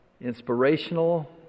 inspirational